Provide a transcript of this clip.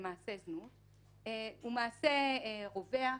למעשי זנות, הוא מעשה רווח.